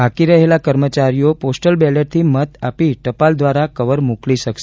બાકી રહેલા કર્મચારીઓ પોસ્ટલ બેલેટથી મત આપી ટપાલ દ્વારા કવર મોકલી શકશે